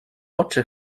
oczy